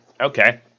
Okay